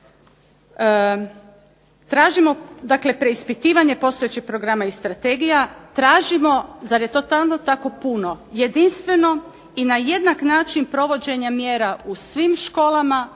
Tražimo, dakle preispitivanje postojećih programa i strategija, tražimo, zar je to stvarno tako puno, jedinstveno i na jednak način provođenja mjera u svim školama,